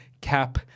Cap